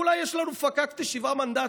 כולה יש לנו פקאקטע שבעה מנדטים.